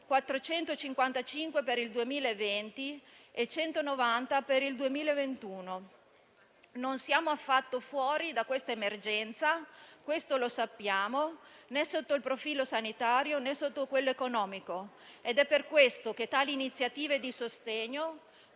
per il 2020 e 190 milioni per il 2021. Non siamo affatto fuori dall'emergenza - questo lo sappiamo - né sotto il profilo sanitario, né sotto quello economico, ed è per questo che tali iniziative di sostegno